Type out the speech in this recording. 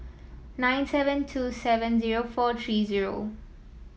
nine seven two seven zero four three zero